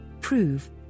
prove